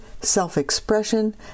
self-expression